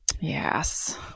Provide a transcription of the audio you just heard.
Yes